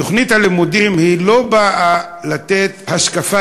תוכנית הלימודים לא באה לתת השקפה